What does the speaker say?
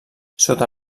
sota